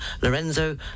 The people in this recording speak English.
Lorenzo